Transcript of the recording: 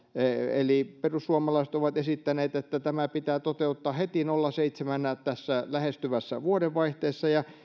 eli perussuomalaiset ovat esittäneet että tämä pitää toteuttaa heti nolla pilkku seitsemänä tässä lähestyvässä vuodenvaihteessa ja